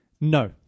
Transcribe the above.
No